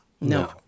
No